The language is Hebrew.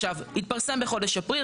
התפרסם בחודש אפריל,